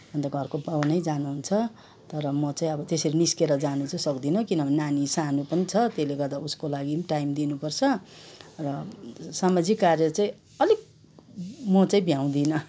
अन्त घरको बाउ नै जानुहुन्छ तर म चाहिँ अब त्यसरी निस्केर जानु चाहिँ सक्दिनँ किनभने नानी सानो पनि छ त्यसले गर्दा उसको लागि पनि टाइम दिनुपर्छ र सामाजिक कार्य चाहिँ अलिक म चाहिँ भ्याउँदिनँ